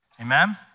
Amen